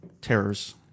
Terrors